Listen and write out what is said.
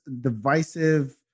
divisive